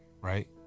right